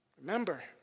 Remember